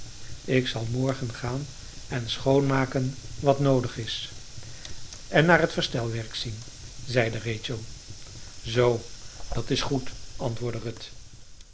ik zal morgen gaan en schoonmaken wat noodig is en naar het verstelwerk zien zeide rachel zoo dat is goed antwoordde ruth